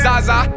Zaza